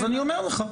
אז אני אומר לך,